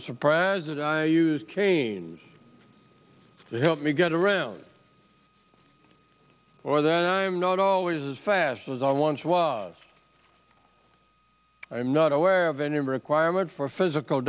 a surprise that i use canes to help me get around or that i'm not always as fast as i once was i'm not aware of any requirement for physical